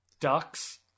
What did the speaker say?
Ducks